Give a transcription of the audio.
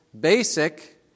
basic